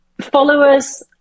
Followers